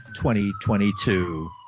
2022